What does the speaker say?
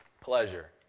pleasure